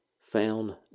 found